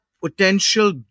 potential